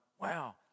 wow